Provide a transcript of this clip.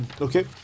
Okay